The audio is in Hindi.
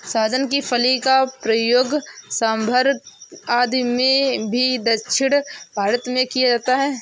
सहजन की फली का प्रयोग सांभर आदि में भी दक्षिण भारत में किया जाता है